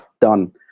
done